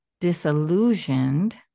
disillusioned